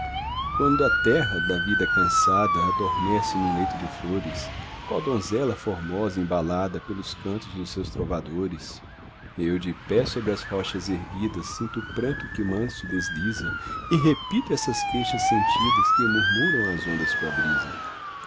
quando a terra da vida cansada adormece num leito de flores qual donzela formosa embalada pelos cantos dos seus trovadores eu de pé sobre as rochas erguidas sinto o pranto que manso desliza e repito essas queixas sentidas que murmuram as ondas